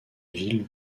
ville